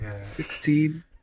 Sixteen